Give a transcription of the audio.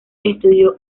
estudió